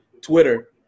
Twitter